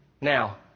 Now